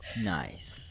Nice